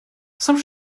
some